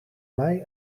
mij